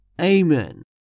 Amen